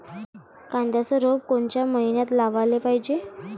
कांद्याचं रोप कोनच्या मइन्यात लावाले पायजे?